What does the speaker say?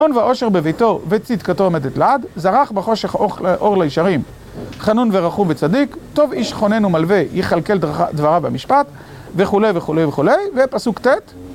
"הון ועושר בביתו וצדקתו עומדת לעד, זרח בחושך אור לישרים, חנון ורחום וצדיק, טוב איש חונן ומלווה יכלכל דבריו במשפט", וכולי וכולי וכולי, ופסוק ט'.